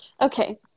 Okay